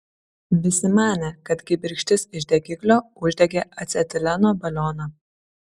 visi manė kad kibirkštis iš degiklio uždegė acetileno balioną